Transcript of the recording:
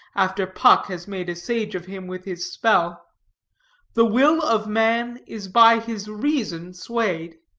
after puck has made a sage of him with his spell the will of man is by his reason swayed.